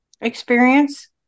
experience